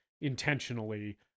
intentionally